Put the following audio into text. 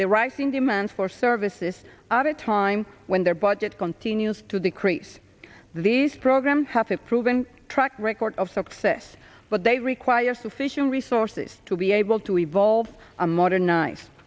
the rising demand for services are a time when their budget continues to decrease these programs have a proven track record of success but they require sufficient resources to be able to evolve a modern knife